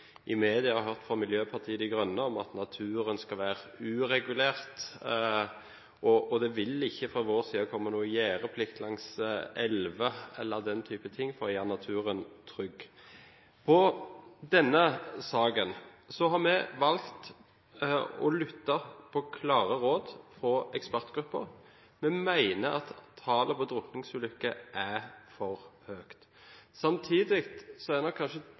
i media har hørt fra Miljøpartiet De Grønne om at naturen skal være uregulert. Det vil ikke fra vår side komme noe forslag om gjerdeplikt langs elver og den slags for å gjøre naturen trygg. I denne saken har vi valgt å lytte til klare råd fra ekspertgrupper. Vi mener at tallet på drukningsulykker er for høyt. Samtidig er